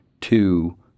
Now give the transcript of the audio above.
two